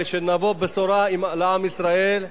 ושנבוא עם בשורה לעם ישראל,